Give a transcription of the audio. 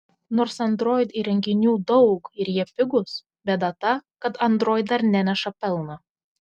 nors android įrenginių daug ir jie pigūs bėda ta kad android dar neneša pelno